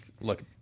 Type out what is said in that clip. look